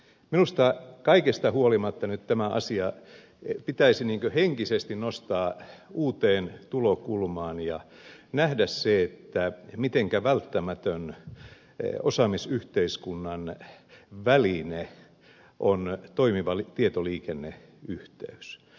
minusta kaikesta huolimatta nyt tämä asia pitäisi niin kuin henkisesti nostaa uuteen tulokulmaan ja nähdä se mitenkä välttämätön osaamisyhteiskunnan väline on toimiva tietoliikenneyhteys